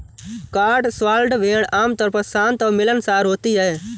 Cotswold भेड़ आमतौर पर शांत और मिलनसार होती हैं